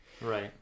Right